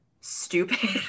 stupid